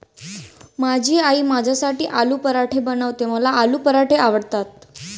माझी आई माझ्यासाठी आलू पराठे बनवते, मला आलू पराठे आवडतात